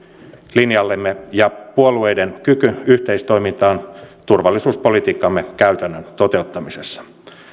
linjallemme ja puolueiden kyky yhteistoimintaan turvallisuuspolitiikkamme käytännön toteuttamisessa